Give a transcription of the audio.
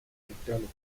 electrónicos